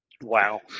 Wow